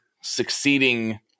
succeeding